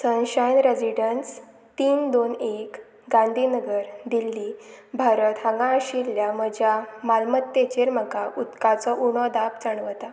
sunshine Residence तीन दोन एक गांधीनगर दिल्ली भारत हांगा आशिल्ल्या म्हज्या मालमत्तेचेर म्हाका उदकाचो उणो दाप जाणवता